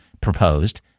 proposed